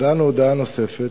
הודענו הודעה נוספת,